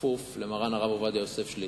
כפוף למרן הרב עובדיה יוסף שליט"א,